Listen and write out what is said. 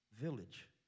village